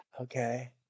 Okay